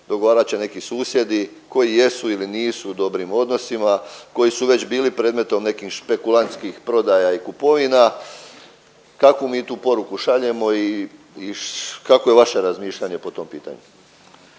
dogovarat će neki susjedi koji jesu ili nisu u dobrim odnosima koji su već bili predmetom nekih špekulantskih prodaja i kupovina. Kakvu mi tu poruku šaljemo i kakvo je vaše razmišljanje po tom pitanju.